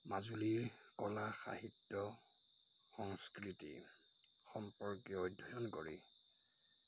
মাজুলীৰ কলা সাহিত্য সংস্কৃতি সম্পৰ্কীয় অধ্যয়ন কৰি